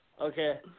Okay